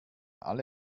alle